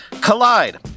Collide